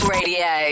Radio